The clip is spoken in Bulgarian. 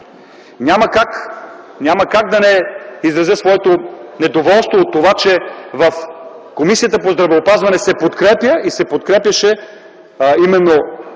Няма как да не изразя своето недоволство от това, че в Комисията по здравеопазване се подкрепя и се подкрепяше именно